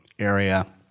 Area